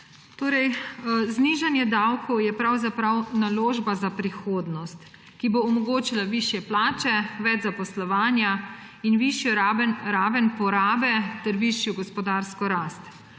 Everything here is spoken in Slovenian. Torej, znižanje davkov je pravzaprav naložba za prihodnost, ki bo omogočila višje plače, več zaposlovanja in višjo raven porabe ter višjo gospodarsko rast.